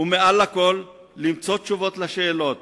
ומעל לכול, למצוא תשובות על השאלה: